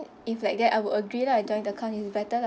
if like that I will agree lah joint account is better lah